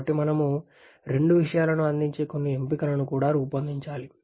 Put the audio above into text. కాబట్టి మనం రెండు విషయాలను అందించే కొన్ని ఎంపికలను కూడా రూపొందించుకోవాలి